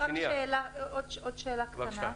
עוד שאלה קטנה.